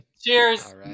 Cheers